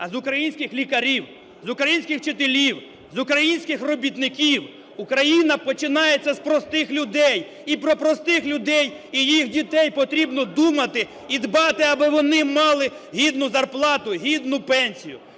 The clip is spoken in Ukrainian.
а з українських лікарів, з українських вчителів, з українських робітників. Україна починається з простих людей. І про простих людей і їх дітей потрібно думати і дбати, аби вони мали гідну зарплату, гідну пенсію.